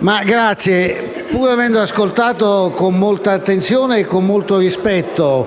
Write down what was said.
Presidente, pur avendo ascoltato con molta attenzione e rispetto